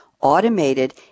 automated